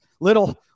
little